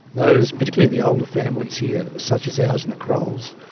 those, particularly the older families here such as ours and the crolls,